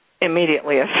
Immediately